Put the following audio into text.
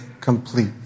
complete